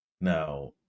Now